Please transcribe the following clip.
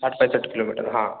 साठ पैंसठ किलोमीटर हाँ